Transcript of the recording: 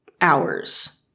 hours